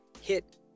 hit